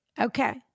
Okay